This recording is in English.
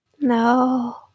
No